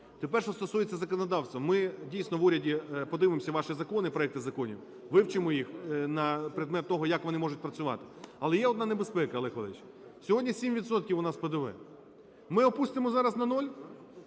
Тепер що стосується законодавства. Ми, дійсно, в уряді подивимося ваші закони, проекти законів, вивчимо їх на предмет того, як вони можуть працювати. Але є одна небезпека, Олег Валерійович. Сьогодні 7 відсотків у нас ПДВ. Ми опустимо зараз на нуль.